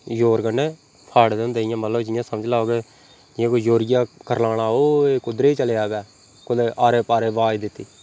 जोर कन्नै फाड़े दे होंदे इयां मतलब जियां समझी लैओ कि जियां कोई जोरियै करलाना हो ऐ कुद्धरै चलेआ ब कुदै आरें पारें अवाज दित्ती